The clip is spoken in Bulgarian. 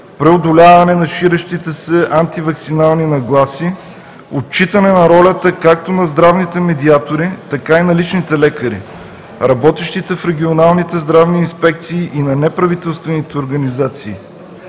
преодоляване на ширещите се антиваксинални нагласи; отчитане на ролята както на здравните медиатори, така и на личните лекари, работещите в регионалните здравни инспекции и на неправителствените организации;